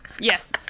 yes